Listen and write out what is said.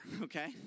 okay